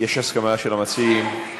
יש הסכמה של המציעים,